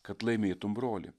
kad laimėtum brolį